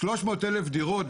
300,000 דירות,